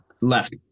left